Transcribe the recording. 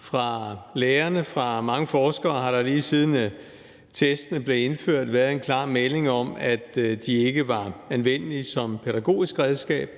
Fra lærerne og fra mange forskere har der, lige siden testene blev indført, været en klar melding om, at de ikke var anvendelige som pædagogisk redskab,